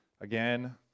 again